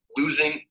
losing